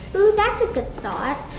ooh, that's a good thought.